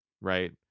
Right